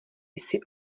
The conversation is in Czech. jsi